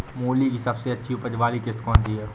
मूली की सबसे अच्छी उपज वाली किश्त कौन सी है?